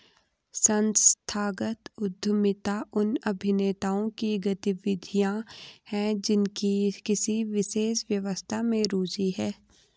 संस्थागत उद्यमिता उन अभिनेताओं की गतिविधियाँ हैं जिनकी किसी विशेष व्यवस्था में रुचि है